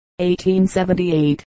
1878